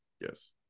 yes